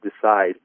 decide